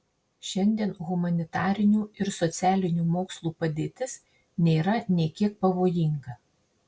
šiandien humanitarinių ir socialinių mokslų padėtis nėra nė kiek pavojinga